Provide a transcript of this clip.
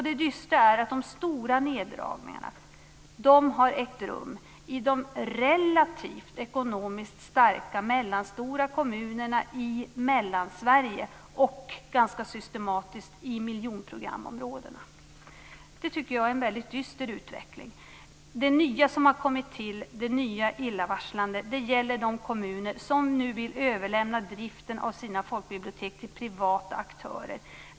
Det dystra är att de stora neddragningarna har ägt rum i de ekonomiskt relativt starka mellanstora kommunerna i Mellansverige och ganska systematiskt i miljonprogramområdena. Det tycker jag är en väldigt dyster utveckling. Det nya som har kommit till - det nya illavarslande - gäller de kommuner som nu vill överlämna driften av sina folkbibliotek till privata aktörer.